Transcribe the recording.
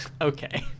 Okay